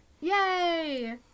Yay